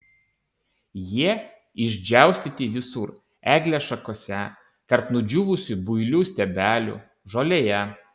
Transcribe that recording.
jie išdžiaustyti visur eglės šakose tarp nudžiūvusių builių stiebelių žolėje